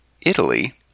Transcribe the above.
Italy